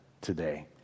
today